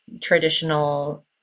traditional